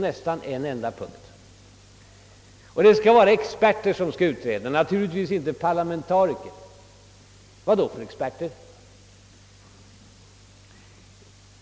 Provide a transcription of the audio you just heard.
Man vill vidare att experter och naturligtvis inte parlamentariker skall göra utredningen. Vad då för experter?